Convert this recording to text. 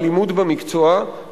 הלימוד במקצוע,